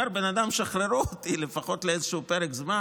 אומר בן אדם: שחררו אותי לפחות לאיזשהו פרק זמן,